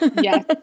Yes